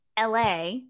LA